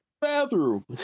bathroom